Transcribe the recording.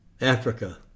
Africa